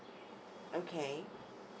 okay